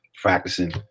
Practicing